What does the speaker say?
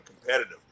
competitive